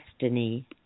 destiny